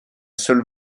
seule